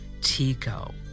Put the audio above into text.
Tico